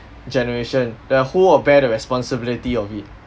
generation the who will bear the responsibility of it